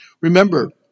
Remember